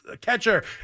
catcher